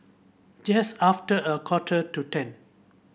just after a quarter to ten